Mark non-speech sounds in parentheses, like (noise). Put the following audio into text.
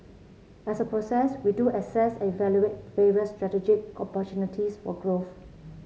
as a process we do assess evaluate (unintelligible) strategic (unintelligible) for growth